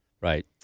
Right